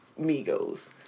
Migos